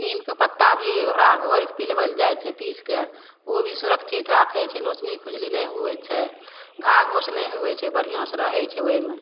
नीम के पत्ता भी ओकरा घोइर कऽ पिलबल जाइ छै पीस के ऊ भी सुरक्षित राखै छै नोचनी खुजली नै हुवै छै घा घोस नै हुवै छै बढ़िया सँ रहै छै ओइमे